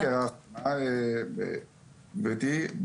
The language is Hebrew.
גברתי,